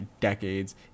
decades